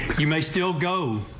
you may still go.